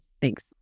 Thanks